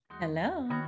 Hello